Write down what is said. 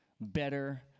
better